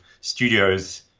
studios